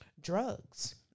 drugs